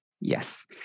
Yes